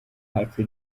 hafi